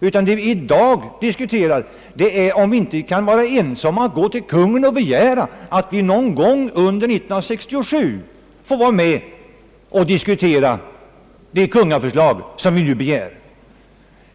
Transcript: Vad vi i dag diskuterar är om vi inte kan vara överens om att hos Kungl. Maj:t begära ett förslag som vi får behandla någon gång under 1967.